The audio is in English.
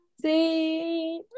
See